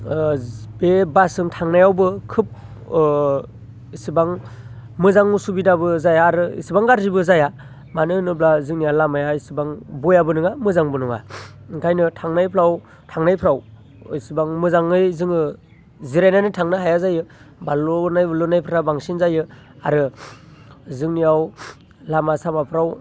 बे बासजों थांनायावबो खोब एसेबां मोजां असुबिदाबो जाया आरो एसेबां गाज्रिबो जाया मानो होनोब्ला जोंनिया लामाया एसेबां बेयाबो नङा मोजांबो नङा ओंखायनो थांनायफ्राव एसेबां मोजाङै जोङो जिरायनानै थांनो हाया जायो बाज्ल'ना बुल्ल'नायफोरा बांसिन जायो आरो जोंनियाव लामा सामाफ्राव